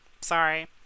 Sorry